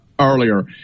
earlier